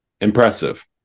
Impressive